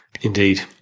Indeed